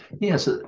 Yes